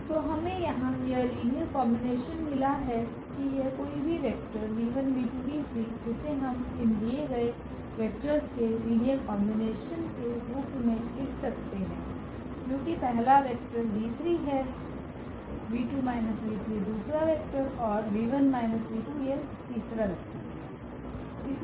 तो हमें यहां यह लीनियर कॉम्बिनेशन मिला है कि यह कोई भी वेक्टर जिसे हम इन दिए गए वेक्टर्स के लीनियर कॉम्बिनेशन के रूप में लिख सकते हैं जो कि पहला वेक्टर 𝑣3 है 𝑣2−𝑣3 दूसरा वेक्टर और 𝑣1−𝑣2 यह तीसरा वेक्टर है